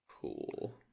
Cool